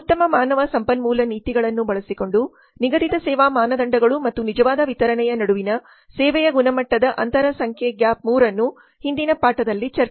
ಉತ್ತಮ ಮಾನವ ಸಂಪನ್ಮೂಲ ನೀತಿಗಳನ್ನು ಬಳಸಿಕೊಂಡು ನಿಗದಿತ ಸೇವಾ ಮಾನದಂಡಗಳು ಮತ್ತು ನಿಜವಾದ ವಿತರಣೆಯ ನಡುವಿನ ಸೇವೆಯ ಗುಣಮಟ್ಟದ ಅಂತರ ಸಂಖ್ಯೆ ಗ್ಯಾಪ್ 3 ಅನ್ನು ಹಿಂದಿನ ಪಾಠದಲ್ಲಿ ಚರ್ಚಿಸಲಾಗಿದೆ